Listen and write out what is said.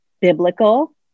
biblical